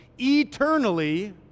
eternally